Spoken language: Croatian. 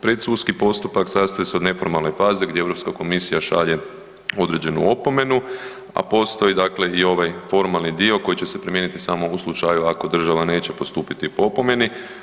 Predsudski postupak sastoji se od neformalne faze gdje Europska komisija šalje određenu opomenu, a postoji i ovaj formalni dio koji će se primijeniti samo u slučaju ako država neće postupiti po opomeni.